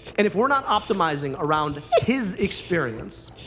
and if we're not optimizing around his experience,